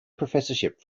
professorship